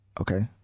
okay